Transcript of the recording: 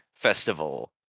Festival